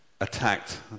attacked